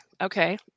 Okay